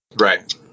Right